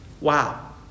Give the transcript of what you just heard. Wow